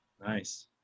Nice